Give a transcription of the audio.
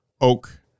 oak